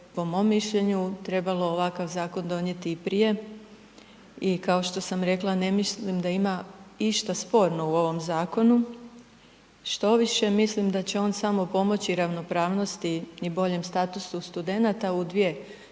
po mom mišljenju trebalo ovakav zakon donijeti i prije i kao što sam rekla ne mislim da ima išta sporno u ovom zakonu. Štoviše, mislim da će on samo pomoći ravnopravnosti i boljem statusu studenata u dvije kategorije.